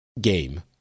game